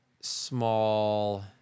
small